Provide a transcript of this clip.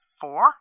Four